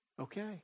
Okay